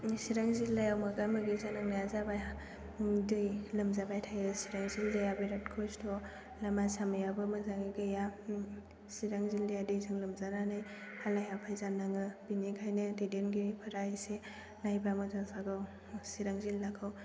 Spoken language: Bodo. सिरां जिल्लायाव मोगा मोगि जानांनाया जाबाय दै लोमजाबाय थायो सिरां जिल्लाया बिरात खस्त' लामा सामायाबो मोजाङै गैया सिरां जिल्लाया दैजों लोमजानानै हालाय हाफाय जानाङो बेनिखायनो दैदेनगिरिफोरा इसे नायबा मोजां जागोन सिरां जिल्लाखौ